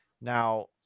now